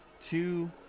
two